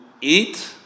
eat